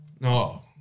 no